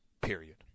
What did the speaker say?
period